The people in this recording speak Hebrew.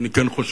ואני כן חושב,